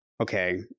okay